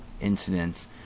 incidents